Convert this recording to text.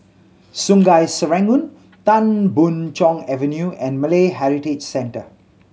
Sungei Serangoon Tan Boon Chong Avenue and Malay Heritage Centre